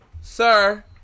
Sir